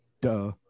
duh